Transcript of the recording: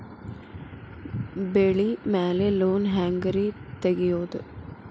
ಬೆಳಿ ಮ್ಯಾಲೆ ಲೋನ್ ಹ್ಯಾಂಗ್ ರಿ ತೆಗಿಯೋದ?